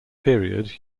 period